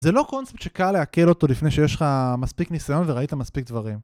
זה לא קונספט שקל להקל אותו לפני שיש לך מספיק ניסיון וראית מספיק דברים